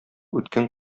үткен